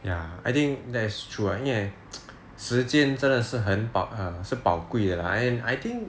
ya I think that is true ah 因为时间真的是很是宝贵的 lah and I think